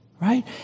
Right